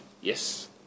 Yes